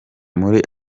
muri